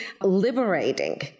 liberating